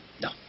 No